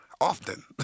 often